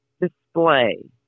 display